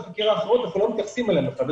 אנחנו לא מתייחסים בכלל לכל פעולות החקירה האחרות,